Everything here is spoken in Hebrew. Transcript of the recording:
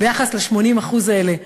ביחס ל-80% האלה,